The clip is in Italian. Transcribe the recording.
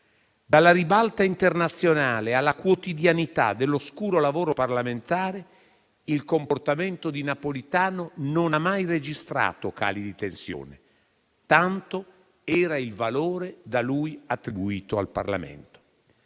Dalla ribalta internazionale alla quotidianità dell'oscuro lavoro parlamentare, il comportamento di Napolitano non ha mai registrato cali di tensione: tanto era il valore da lui attribuito al Parlamento.